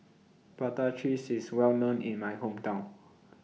Prata Cheese IS Well known in My Hometown